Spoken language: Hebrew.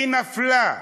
היא נפלה.